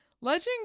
Legend